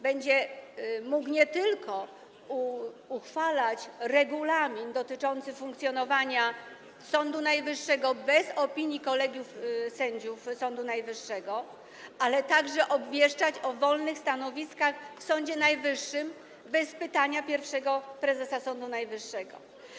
Będzie mógł nie tylko uchwalać regulamin dotyczący funkcjonowania Sądu Najwyższego bez opinii kolegiów sędziów Sądu Najwyższego, ale także obwieszczać o wolnych stanowiskach w Sądzie Najwyższym bez pytania pierwszego prezesa Sądu Najwyższego.